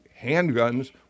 handguns